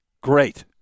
great